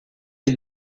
les